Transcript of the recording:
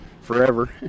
forever